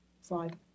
Slide